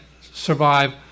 survive